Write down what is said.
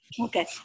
okay